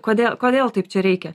kodėl kodėl taip čia reikia